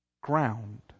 ground